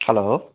hello